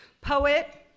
Poet